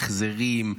החזרים,